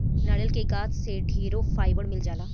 नारियल के गाछ से ढेरे फाइबर मिल जाला